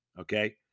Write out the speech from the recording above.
Okay